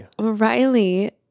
Riley